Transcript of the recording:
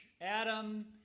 Adam